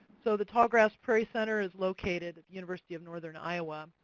so the tallgrass prairie center is located at university of northern iowa,